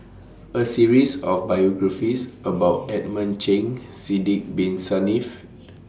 A series of biographies about Edmund Cheng Sidek Bin Saniff